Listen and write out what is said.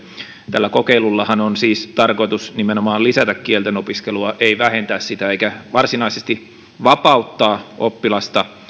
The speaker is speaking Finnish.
tällä kokeilullahan on siis tarkoitus nimenomaan lisätä kielten opiskelua ei vähentää sitä eikä varsinaisesti vapauttaa oppilasta